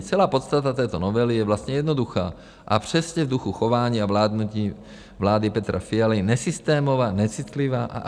Celá podstata této novely je vlastně jednoduchá a přesně v duchu chování a vládnutí vlády Petra Fialy nesystémová, necitlivá a asociální.